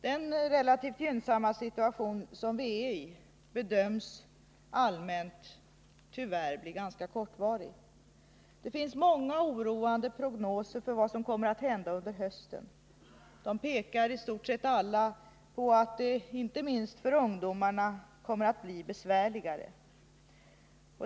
Den relativt gynnsamma situation som vi är i bedöms tyvärr allmänt bli ganska kortvarig. Det finns många oroande prognoser för vad som kommer att hända under hösten. De pekar i stort sett alla på att det, inte minst för ungdomarna, kommer att bli besvärligare.